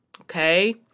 Okay